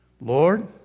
Lord